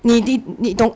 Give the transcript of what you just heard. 你 d~ 你懂